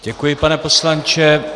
Děkuji, pane poslanče.